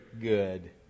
good